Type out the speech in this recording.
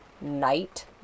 night